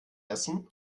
essen